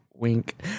Wink